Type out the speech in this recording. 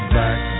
back